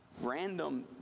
random